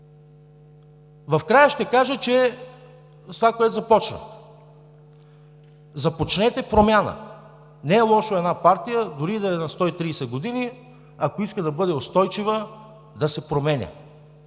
Накрая ще кажа това, с което започнах: започнете промяна. Не е лошо една партия дори и да е на 130 години, ако иска да бъде устойчива, да се променя.